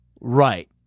Right